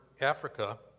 Africa